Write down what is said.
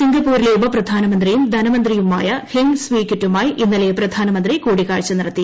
സിംഗപ്പൂരിലെ ഉപപ്രധാനമന്ത്രിയും ധനമന്ത്രിയുമായ Heng Swee ക്വീറ്റുമായി ഇന്നലെ പ്രധാനമന്ത്രി കൂടിക്കാഴ്ച തൂടത്തി